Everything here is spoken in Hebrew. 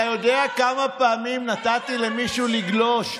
אתה יודע כמה פעמים נתתי למישהו לגלוש,